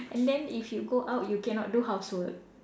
and then if you go out you cannot do housework